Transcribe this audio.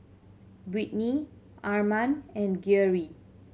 Britny Arman and Geary